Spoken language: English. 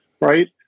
right